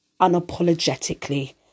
unapologetically